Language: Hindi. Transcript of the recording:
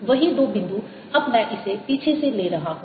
वही दो बिंदु अब मैं इसे पीछे से ले रहा हूं